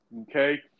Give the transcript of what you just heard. okay